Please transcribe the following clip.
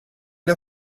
der